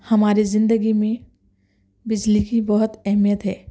ہمارے زندگی میں بجلی کی بہت اہمیت ہے